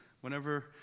Whenever